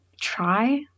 try